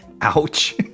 Ouch